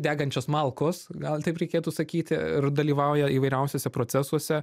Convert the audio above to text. degančios malkos gal taip reikėtų sakyti ir dalyvauja įvairiausiuose procesuose